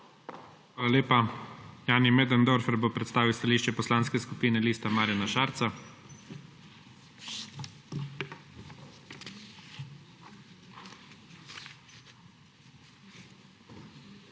Hvala lepa. Jani Möderndorfer bo predstavil stališče Poslanske skupine Liste Marjana Šarca. **JANI